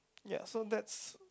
ya so that's